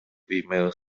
female